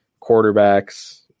quarterbacks